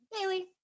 daily